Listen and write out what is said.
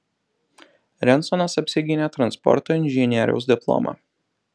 rensonas apsigynė transporto inžinieriaus diplomą